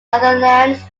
netherlands